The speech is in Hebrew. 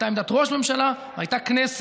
הייתה עמדת ראש הממשלה והייתה כנסת,